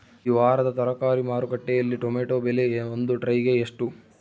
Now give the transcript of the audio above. ಈ ವಾರದ ತರಕಾರಿ ಮಾರುಕಟ್ಟೆಯಲ್ಲಿ ಟೊಮೆಟೊ ಬೆಲೆ ಒಂದು ಟ್ರೈ ಗೆ ಎಷ್ಟು?